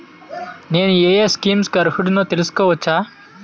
నేను యే యే స్కీమ్స్ కి అర్హుడినో తెలుసుకోవచ్చా?